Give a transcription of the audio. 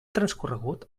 transcorregut